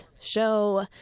show